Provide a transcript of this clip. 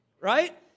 Right